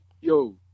yo